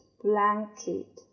blanket